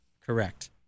Correct